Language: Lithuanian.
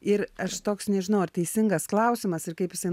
ir aš toks nežinau ar teisingas klausimas ir kaip jisai